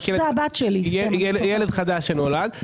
רק ילד חדש שנולד.